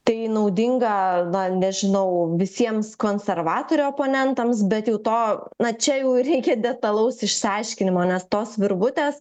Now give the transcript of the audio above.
tai naudinga na nežinau visiems konservatorių oponentams bet jau to na čia jau reikia detalaus išsiaiškinimo nes tos virvutės